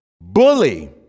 bully